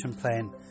plan